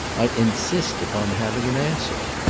i insist upon having an answer.